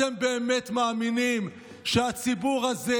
אתם באמת מאמינים שהציבור הזה,